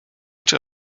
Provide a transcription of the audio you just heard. czy